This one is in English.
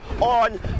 on